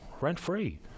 rent-free